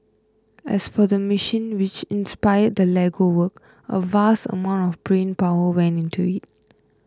as for the machine which inspired the Lego work a vast amount of brain power went into it